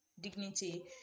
dignity